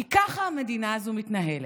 כי ככה המדינה הזאת מתנהלת.